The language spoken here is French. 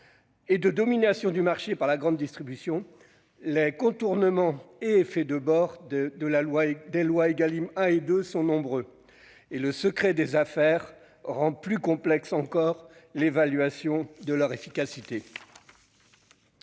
et de domination du marché par la grande distribution, les contournements et effets de bord des lois Égalim 1 et Égalim 2 sont nombreux. Et le secret des affaires rend plus complexe encore l'évaluation de l'efficacité